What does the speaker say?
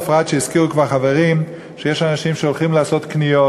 בפרט שהזכירו כבר חברים שיש אנשים שהולכים לעשות קניות,